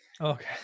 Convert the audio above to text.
okay